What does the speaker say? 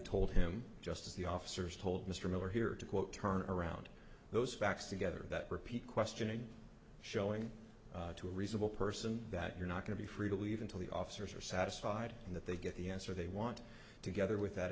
told him just as the officers told mr miller here to quote turn around those facts together that repeat question and showing to a reasonable person that you're not going to be free to leave until the officers are satisfied and that they get the answer they want together with that